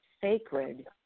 sacred